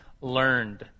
learned